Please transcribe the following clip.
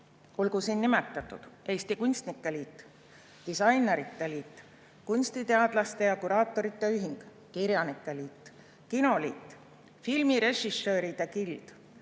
Olgu siin nimetatud kunstnike liit, disainerite liit, kunstiteadlaste ja kuraatorite ühing, kirjanike liit, kinoliit, filmirežissööride gild,